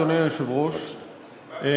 אדוני היושב-ראש,